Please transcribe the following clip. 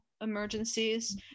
emergencies